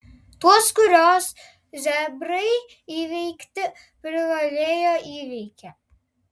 tuos kuriuos zebrai įveikti privalėjo įveikė